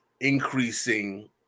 increasing